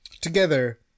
together